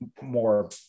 more